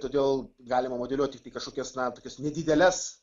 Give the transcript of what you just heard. todėl galima modeliuoti tiktai kažkokias na tokias nedideles